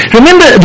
Remember